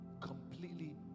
completely